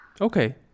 Okay